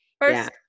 First